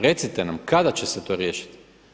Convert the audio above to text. Recite nam kada će se to riješiti.